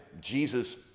Jesus